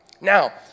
Now